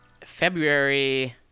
February